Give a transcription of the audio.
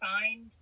find